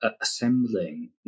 assembling